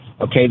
Okay